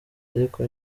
ariko